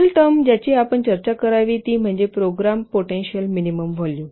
पुढील टर्म ज्याची आपण चर्चा करावी ती म्हणजे प्रोग्राम पोटेंशिअल मिनिमम व्हॉल्युम